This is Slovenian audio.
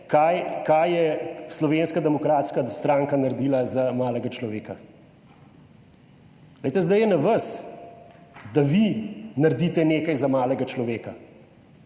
kaj je Slovenska demokratska stranka naredila za malega človeka. Glejte, zdaj je na vas, da vi naredite nekaj za malega človeka.